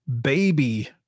baby